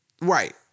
Right